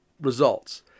results